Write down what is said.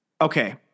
Okay